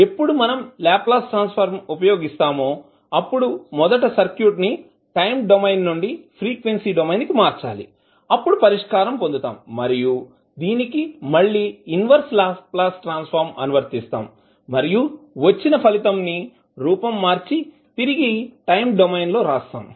ఎప్పుడు మనం Laplace transform ఉపయోగిస్తామో అప్పుడు మొదట సర్క్యూట్ ని టైం డొమైన్ నుండి ఫ్రీక్వెన్సీ డొమైన్ కి మార్చాలి అప్పుడు పరిష్కారం పొందుతాము మరియు దీనికి మళ్ళీ ఇన్వర్స్ లాప్లాస్ ట్రాన్సఫర్మ్ అనువర్తిస్తాం మరియు వచ్చిన ఫలితం ను రూపం మర్చి తిరిగి టైం డొమైన్ లో రాస్తాం